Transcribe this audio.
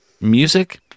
music